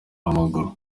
w’amaguru